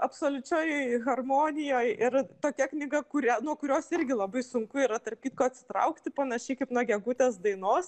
absoliučioj harmonijoj ir tokia knyga kurią nuo kurios irgi labai sunku yra tarp kitko atsitraukti panašiai kaip nuo gegutės dainos